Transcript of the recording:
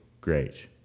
great